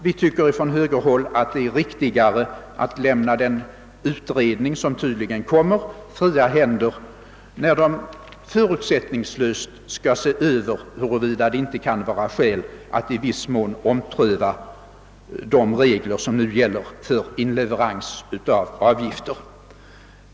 Vi tycker från högerhåll att det är riktigare att lämna den utredning, som tydligen kommer, fria händer så att den förutsättningslöst kan överväga huruvida det inte kan vara skäl att i viss mån ompröva de regler, som nu gäller för inleverans av avgifter.